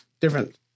different